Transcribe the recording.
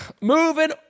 Moving